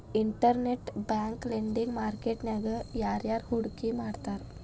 Internet bank lending market ನ್ಯಾಗ ಯಾರ್ಯಾರ್ ಹೂಡ್ಕಿ ಮಾಡ್ತಾರ?